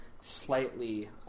slightly